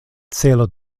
celo